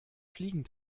fliegen